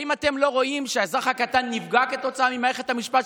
האם אתם לא רואים שהאזרח הקטן נפגע כתוצאה ממערכת המשפט,